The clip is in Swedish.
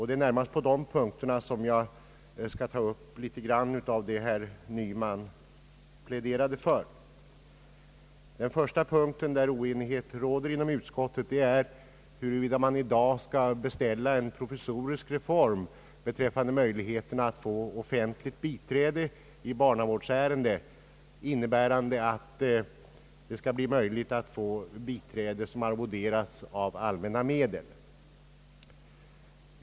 Det är närmast dessa detaljfrågor som jag skall beröra och där jag skall ta upp litet grand av det som herr Nyman pläderade för. Den första punkten där oenighet råder inom utskottet är huruvida man i dag skall beställa en provisorisk reform i fråga om möjligheterna att få offentligt biträde i barnavårdsärende, innebärande att sådant biträde skulle arvoderas av allmänna medel.